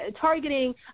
targeting